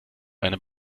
einer